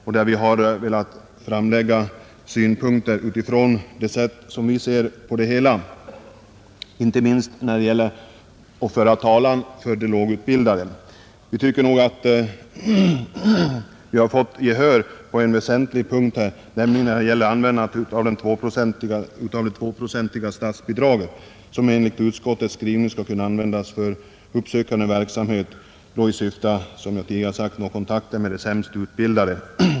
I den har vi framfört en del synpunkter inte minst när det gäller de lågutbildade. Vi tycker nog att vi fått gehör på en väsentlig punkt, nämligen när det gäller användandet av det tvåprocentiga statsbidraget, som enligt utskottets skrivning skall kunna användas för uppsökande verksamhet i syfte att, som jag tidigare sagt, nå kontakter med de sämst utbildade.